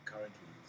Currently